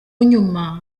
nyuma